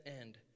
end